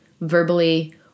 verbally